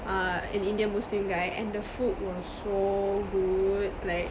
err an indian muslim guy and the food was so good like